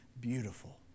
beautiful